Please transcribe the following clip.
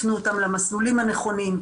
מה שאנחנו קוראים לו תכנית המתמחים.